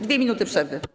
2 minuty przerwy.